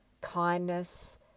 kindness